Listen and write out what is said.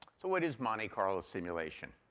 so what is monte carlo simulation?